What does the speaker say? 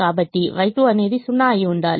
కాబట్టి Y2 అనేది 0 అయి ఉండాలి